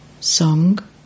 Song